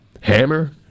hammer